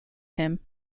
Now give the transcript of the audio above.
him